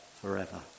forever